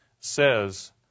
says